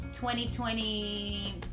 2020